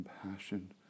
compassion